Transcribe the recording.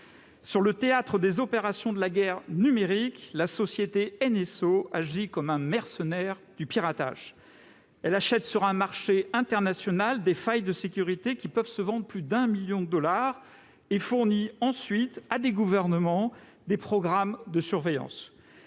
Sur le théâtre des opérations de la guerre numérique, la société NSO agit comme un mercenaire du piratage. Elle achète sur un marché international des failles de sécurité qui peuvent se vendre plus d'un million de dollars et fournit ensuite à des gouvernements des programmes de surveillance.